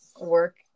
work